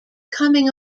coming